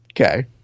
Okay